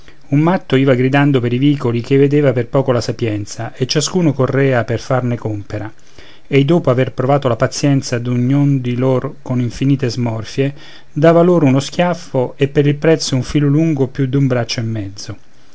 un matto iva gridando per i vicoli ch'ei vendeva per poco la sapienza e ciascuno correa per farne compera ei dopo aver provato la pazienza d'ognun di lor con infinite smorfie dava loro uno schiaffo e per il prezzo un filo lungo più d'un braccio e mezzo